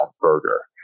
Burger